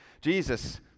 Jesus